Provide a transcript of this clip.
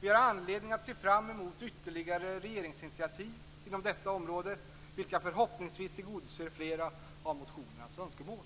Vi har anledning att se fram emot ytterligare regeringsinitiativ inom detta område, vilka förhoppningsvis tillgodoser flera av motionärernas önskemål.